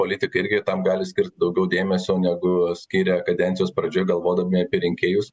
politikai irgi tam gali skirti daugiau dėmesio negu skiria kadencijos pradžioj galvodami apie rinkėjus